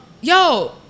Yo